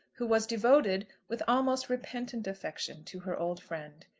who was devoted, with almost repentant affection, to her old friend.